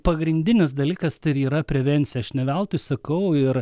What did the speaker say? pagrindinis dalykas tai yra prevencija aš ne veltui sakau ir